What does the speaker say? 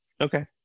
Okay